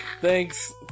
Thanks